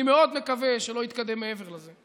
אני מאוד מקווה שהוא לא יתקדם מעבר לזה,